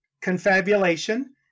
confabulation